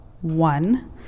one